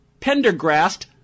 Pendergrast